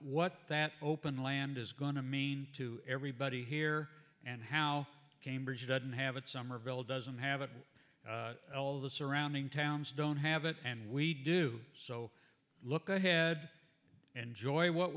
what that open land is going to mean to everybody here and how cambridge doesn't have it somerville doesn't have it all the surrounding towns don't have it and we do so look ahead enjoy what